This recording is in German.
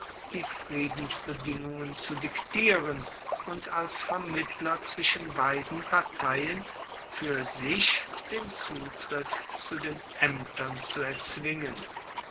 die friedensbedingungen zu diktieren und als vermittler zwischen beiden parteien fuer sich den zutritt zu den aemtern zu erzwingen